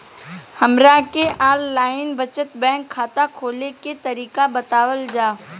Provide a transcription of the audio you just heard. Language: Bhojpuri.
हमरा के आन लाइन बचत बैंक खाता खोले के तरीका बतावल जाव?